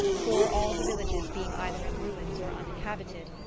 for, all the villages being either in ruins or uninhabited,